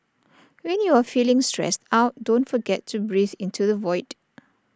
when you are feeling stressed out don't forget to breathe into the void